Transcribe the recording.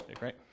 right